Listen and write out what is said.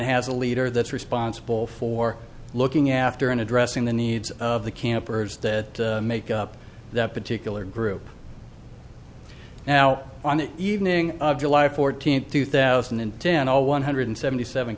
has a leader that's responsible for looking after and addressing the needs of the campers that make up that particular group now on the evening of july fourteenth two thousand and ten all one hundred seventy seven